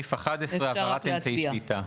סעיף 11 הגדרת אמצעי שליטה.